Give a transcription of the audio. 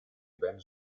ben